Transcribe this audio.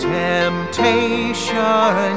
temptation